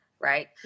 right